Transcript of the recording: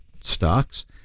stocks